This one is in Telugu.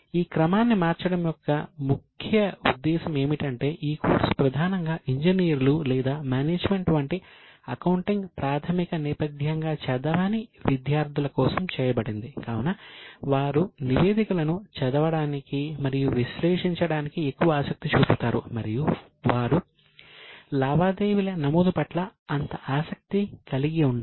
ఈ క్రమాన్ని మార్చడం యొక్క ముఖ్య ఉద్దేశ్యం ఏమిటంటే ఈ కోర్సు ప్రధానంగా ఇంజనీర్లు లేదా మేనేజ్మెంట్ వంటి అకౌంటింగ్ ప్రాథమిక నేపథ్యంగా చదవని విద్యార్థుల కోసం చేయబడింది కావున వారు నివేదికలను చదవడానికి మరియు విశ్లేషించడానికి ఎక్కువ ఆసక్తి చూపుతారు మరియు వారు లావాదేవీల నమోదు పట్ల అంత ఆసక్తి కలిగి ఉండరు